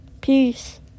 Peace